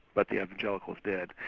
but the evangelicals did.